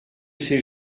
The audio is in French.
ces